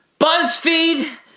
BuzzFeed